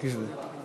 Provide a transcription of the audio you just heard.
אותו זמן.